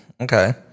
okay